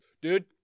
dude